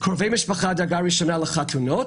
נמצא באתר קרובי משפחה מדרגה ראשונה לחתונות,